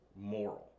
moral